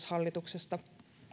hallituksesta